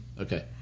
Okay